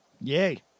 Yay